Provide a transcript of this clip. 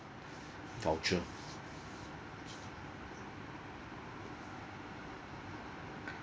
voucher